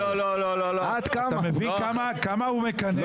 אתה מבין כמה הוא מקנא,